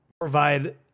provide